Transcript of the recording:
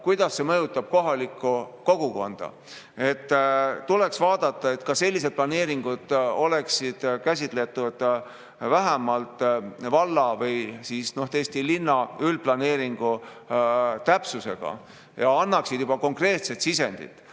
kuidas see mõjutab kohalikku kogukonda. Tuleks vaadata, et ka sellised planeeringud oleksid käsitletud vähemalt valla või linna üldplaneeringu täpsusega ja annaksid juba konkreetset sisendit.